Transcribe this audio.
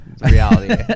reality